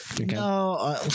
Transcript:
No